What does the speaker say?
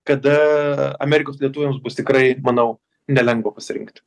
kada amerikos lietuviams bus tikrai manau nelengva pasirinkt